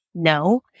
No